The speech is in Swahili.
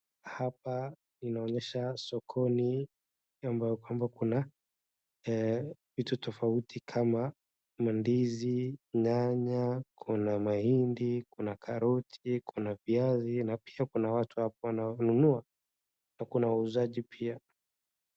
Hapa inaonyesha sokoni ambayo kwamba kuna vitu tofauti kama mandizi, nyanya, kuna mahindi, kuna karoti, kuna viazi na pia kuna watu hapo wanaonunua na kuna wauzaji pia.